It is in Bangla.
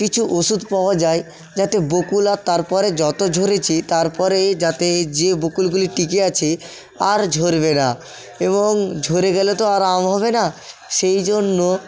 কিছু ওষুধ পাওয়া যায় যাতে বকুল আর তারপরে যত ঝরেছে তারপরে যাতে যে বকুলগুলি টিকে আছে আর ঝরবে না এবং ঝরে গেলে তো আর আম হবে না সেই জন্য